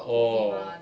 orh